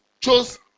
chose